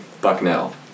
Bucknell